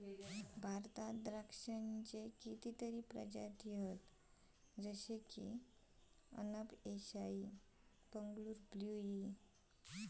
भारतात द्राक्षांची कितीतरी प्रजाती हत जशे की अनब ए शाही, बंगलूर ब्लू ई